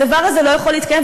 הדבר הזה לא יכול להתקיים,